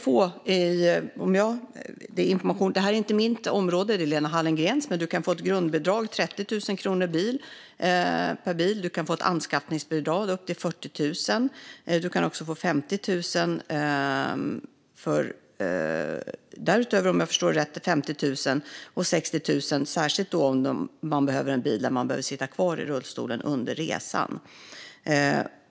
Detta är inte mitt område utan Lena Hallengrens, men man kan få ett grundbidrag på 30 000 kronor per bil och ett anskaffningsbidrag på upp till 40 000. Man kan, om jag förstår det rätt, därutöver få 50 000 eller 60 000 om man behöver en bil där man kan sitta kvar i rullstolen under resan.